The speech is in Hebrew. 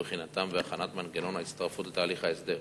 בבחינתן ובהכנת מנגנון ההצטרפות לתהליך ההסדר.